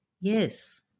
Yes